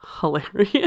hilarious